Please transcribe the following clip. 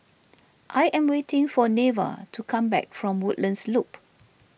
I am waiting for Neva to come back from Woodlands Loop